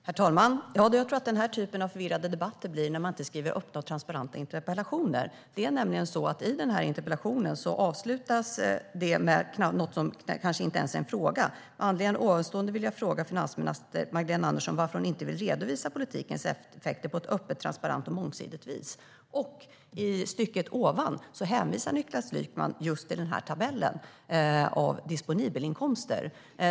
Herr talman! Jag tror att det blir den här typen av förvirrade debatter när man inte skriver öppna och transparenta interpellationer. Denna interpellation avslutas med något som kanske inte ens är en fråga, nämligen: "Med anledning av ovanstående vill jag fråga finansminister Magdalena Andersson varför hon inte vill redovisa politikens effekter på ett öppet, transparent och mångsidigt vis." I det tidigare stycket hänvisar Niklas Wykman just till den här tabellen över disponibelinkomster.